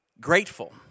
grateful